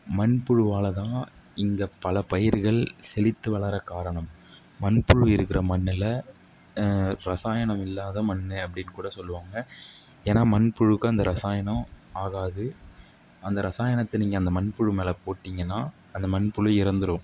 மண்புழுவால் தான் இங்கே பல பயிர்கள் செழித்து வளர காரணம் மண்புழு இருக்கிற மண்ணில் ரசாயனம் இல்லாத மண் அப்படினு கூட சொல்லுவாங்க ஏன்னால் மண்புழுவுக்கு அந்த ரசாயனம் ஆகாது அந்த ரசாயனத்தை நீங்கள் அந்த மண்புழு மேல் போட்டீங்கனால் அந்த மண்புழு இறந்துடும்